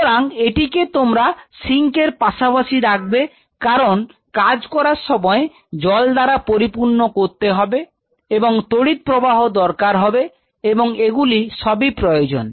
সুতরাং এটিকে তোমরা সিঙ্ক এর পাশাপাশি রাখবে কারণ কাজ করার সময় জল দ্বারা পরিপূর্ণ করতে হবে এবং তড়িৎ প্রবাহ দরকার হবে এবংএগুলি সবই প্রয়োজন